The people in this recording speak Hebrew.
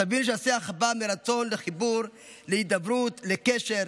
תבינו שהשיח בא מרצון לחיבור, להידברות, לקשר,